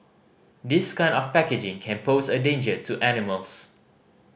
this kind of packaging can pose a danger to animals